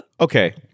Okay